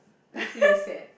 that's really sad